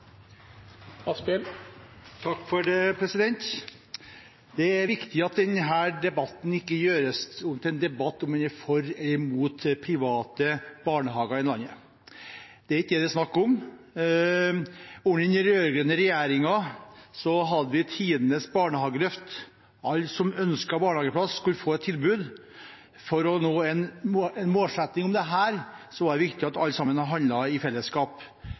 på inntil 3 minutter. Det er viktig at denne debatten ikke gjøres til en debatt om en er for eller imot private barnehager i landet. Det er ikke det det er snakk om. Under den rød-grønne regjeringen hadde vi tidenes barnehageløft. Alle som ønsket barnehageplass, skulle få et tilbud. For å nå den målsettingen var det viktig at alle handlet i fellesskap,